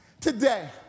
today